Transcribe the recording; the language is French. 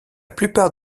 plupart